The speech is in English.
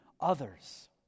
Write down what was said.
others